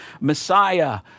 Messiah